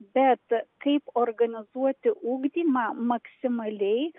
bet kaip organizuoti ugdymą maksimaliai